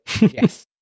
Yes